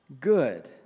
good